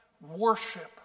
worship